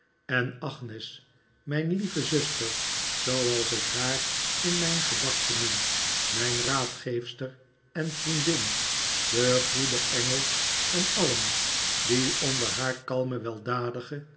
en agnes mijn lieve zuster zooals ik haar in mijn gedachten noem mijn raadgeefster en vriendin de goede engel van alien die onder haar kalmen